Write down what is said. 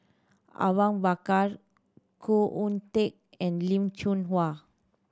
Awang Bakar Khoo Oon Teik and Lim Chong